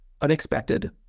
unexpected